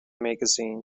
magazine